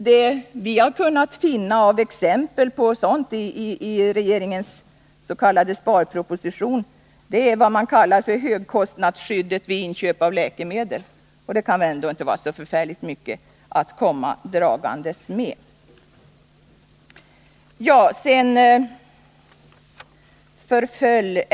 Det vi har kunnat finna av exempel på det i regeringens s.k. sparproposition är det man kallar för högkostnadsskyddet vid inköp av läkemedel, och det kan väl ändå inte vara så förfärligt mycket att komma dragandes med!